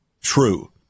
true